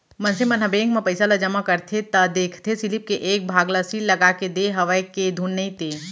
मनसे मन ह बेंक म पइसा ल जमा करथे त देखथे सीलिप के एक भाग ल सील लगाके देय हवय के धुन नइते